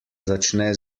začne